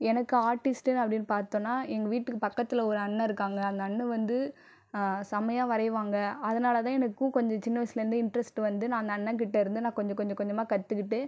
எனக்கு ஆர்டிஸ்ட் அப்படின்னு பார்த்தோனா எங்கள் வீட்டுக்கு பக்கத்தில் ஒரு அண்ணன் இருக்காங்க அந்த அண்ணன் வந்து செமையா வரைவாங்க அதனால் தான் எனக்கு கொஞ்சம் சின்ன வயசுலேந்து இன்ட்ரஸ்ட் வந்து நான் அந்த அண்ணன் கிட்டேருந்து நான் கொஞ்சம் கொஞ்ச கொஞ்சமாக கற்றுக்கிட்டு